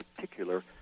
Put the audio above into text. particular